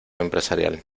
empresarial